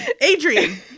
adrian